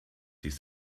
dies